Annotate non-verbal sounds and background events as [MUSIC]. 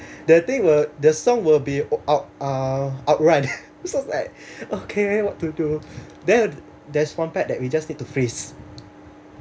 the thing will the song will be out uh outrun [LAUGHS] it's sort of like okay what to do then there's one part that we just need to freeze